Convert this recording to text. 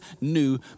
new